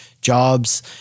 jobs